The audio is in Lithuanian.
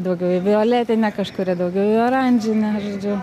daugiau į violetinę kažkuri daugiau į oranžinę žodžiu